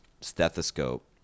stethoscope